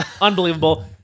unbelievable